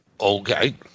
Okay